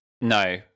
No